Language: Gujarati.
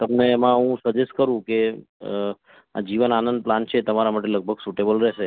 તમને એમાં હું સજેસ્ટ કરું કે આ જીવન આનંદ પ્લાન છે તમારા માટે લગભગ સુટેબલ રહેશે